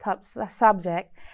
subject